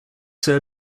sir